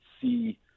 see